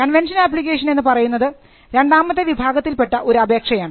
convention application എന്ന് പറയുന്നത് രണ്ടാമത്തെ വിഭാഗത്തിൽപ്പെട്ട ഒരു അപേക്ഷയാണ്